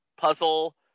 puzzle